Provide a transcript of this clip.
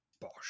Bosh